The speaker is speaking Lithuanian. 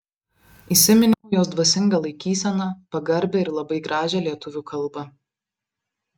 įsiminiau jos dvasingą laikyseną pagarbią ir labai gražią lietuvių kalbą